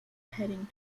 heading